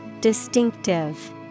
Distinctive